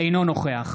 אינו נוכח